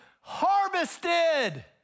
harvested